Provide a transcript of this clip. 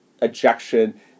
ejection